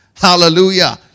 Hallelujah